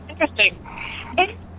Interesting